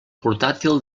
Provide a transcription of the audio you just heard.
portàtil